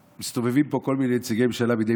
מסתובבים פה כל מיני נציגי ממשלה מדי